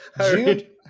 Jude